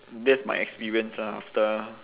that's my experience lah after